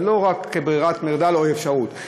ולא רק כברירת מחדל או אפשרות.